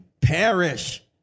perish